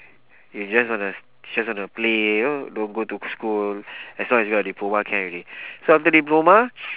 you just wanna just wanna play you know don't go to school as long as you got a diploma can already so after diploma